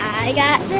i got